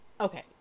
Okay